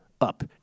up